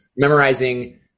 memorizing